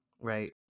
right